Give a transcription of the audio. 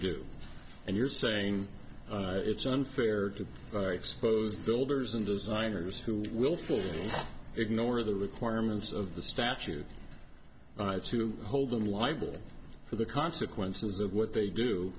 do and you're saying it's unfair to expose builders and designers to willfully ignore the requirements of the statute to hold them liable for the consequences of what they do